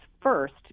first